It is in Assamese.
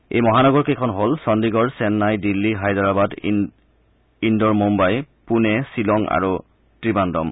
এই মহানগৰকেইখন হ'ল চণ্ডীগড় চেন্নাই দিল্লী হায়দৰাবাদ ইনড'ৰ মুদ্বাই পুনে শ্বিলং আৰু তিবানভুম